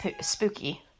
Spooky